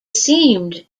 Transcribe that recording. seemed